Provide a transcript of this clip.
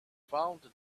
found